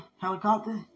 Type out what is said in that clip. helicopter